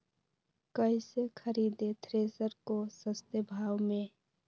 कैसे खरीदे थ्रेसर को सस्ते भाव में?